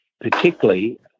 particularly